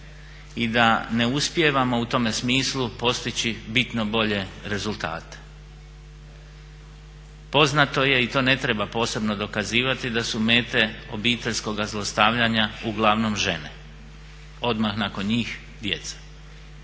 i da ne uspijevamo u tome smislu postići bitno bolje rezultate. Poznato je i to ne treba posebno dokazivati da su mete obiteljskoga zlostavljanja uglavnom žene, odmah nakon njih djeca,